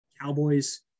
Cowboys